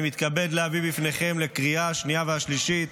אני מתכבד להביא בפניכם לקריאה השנייה והשלישית